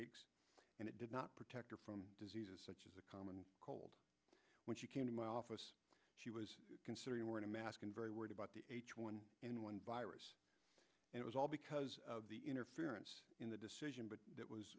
es and it did not protect her from diseases such as a common cold when she came to my office she was considering were in a mask and very worried about the h one n one virus it was all because of the interference in the decision but that